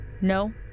No